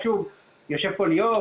יושב פה ליאור,